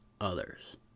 others